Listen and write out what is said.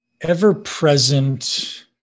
ever-present